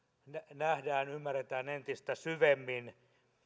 nähdään ja ymmärretään entistä syvemmin